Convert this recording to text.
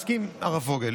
מסכים, הרב פוגל?